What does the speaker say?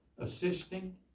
Assisting